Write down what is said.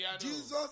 Jesus